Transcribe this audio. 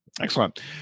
excellent